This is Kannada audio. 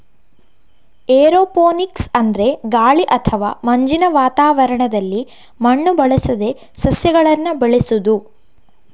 ಏರೋಪೋನಿಕ್ಸ್ ಅಂದ್ರೆ ಗಾಳಿ ಅಥವಾ ಮಂಜಿನ ವಾತಾವರಣದಲ್ಲಿ ಮಣ್ಣು ಬಳಸದೆ ಸಸ್ಯಗಳನ್ನ ಬೆಳೆಸುದು